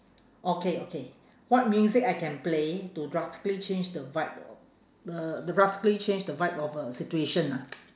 okay okay what music I can play to drastically change the vibe uh to drastically change the vibe of a situation ah